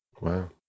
Wow